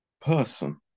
person